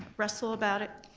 russell about it,